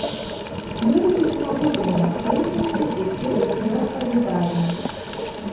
jurgiui smagu žmoną paikinti ir pildyti jos pageidavimus